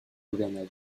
gouvernail